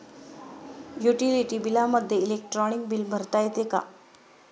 Utility बिलामध्ये electronic bill भरता येते का?